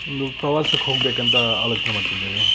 ಒಂದು ಪ್ರವಾಸಕ್ಕೆ ಹೋಗಬೇಕಂತ ಆಲೋಚನೆ ಮಾಡ್ತಿದ್ದೀವಿ